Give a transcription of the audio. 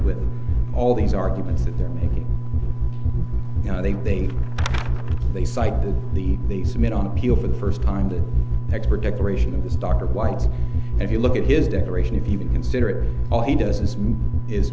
with all these arguments that they're making you know they think they fight to the basement on appeal for the first time that expert declaration of this dr white if you look at his declaration if you consider it all he does is